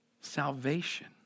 Salvation